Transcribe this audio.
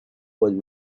would